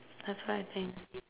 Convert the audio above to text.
that's what I think